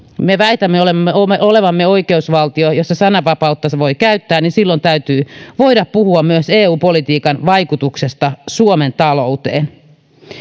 me väitämme olevamme oikeusvaltio jossa sananvapauttansa voi käyttää niin silloin täytyy voida puhua myös eu politiikan vaikutuksesta suomen talouteen